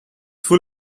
full